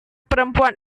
perempuan